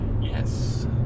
Yes